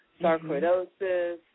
sarcoidosis